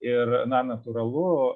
ir na natūralu